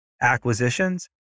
acquisitions